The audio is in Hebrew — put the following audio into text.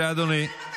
מי שמצביע בעד הוא שותף.